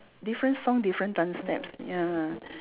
different song different dance steps ya